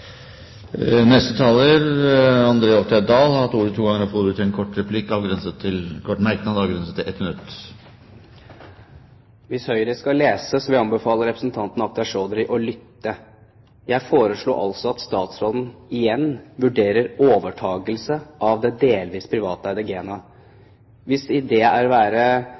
har hatt ordet to ganger og får ordet til en kort merknad, begrenset til 1 minutt. Hvis Høyre skal lese, vil jeg anbefale representanten Akhtar Chaudhry å lytte. Jeg foreslo altså at statsråden igjen vurderer overtakelse av det delvis privateide GENA. Hvis det er å være